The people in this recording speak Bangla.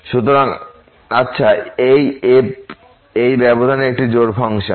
সুতরাং আচ্ছা এই f এই ব্যবধানে একটি জোড় ফাংশন